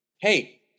hey